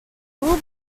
will